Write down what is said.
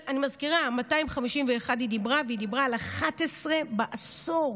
אני מזכירה, 251, והיא דיברה על 11 בעשור.